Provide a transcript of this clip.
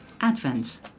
Advent